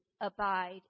abide